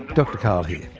dr karl here.